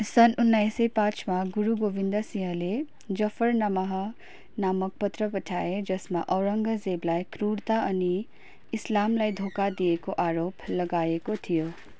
सन् उन्नाइस सय पाँचमा गुरु गोविन्द सिंहले जफरनामः नामक पत्र पठाए जसमा औरङ्गजेबलाई क्रूरता अनि इस्लामलाई धोका दिएको आरोप लगाएको थियो